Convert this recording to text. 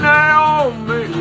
Naomi